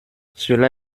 cela